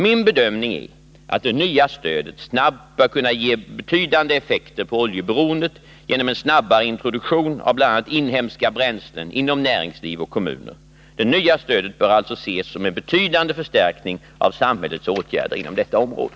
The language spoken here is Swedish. Min bedömning är att det nya stödet snabbt bör kunna ge betydande effekter på oljeberoendet genom en snabbare introduktion av bl.a. inhemska bränslen inom näringsliv och kommuner. Det nya stödet bör alltså ses som en betydande förstärkning av samhällets åtgärder inom detta område.